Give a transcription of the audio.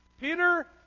Peter